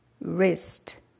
wrist